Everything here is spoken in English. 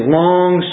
long